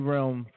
Realm